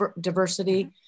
diversity